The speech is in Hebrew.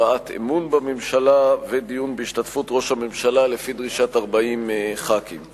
הבעת אמון בממשלה ודיון בהשתתפות ראש הממשלה לפי דרישת 40 חברי כנסת.